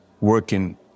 working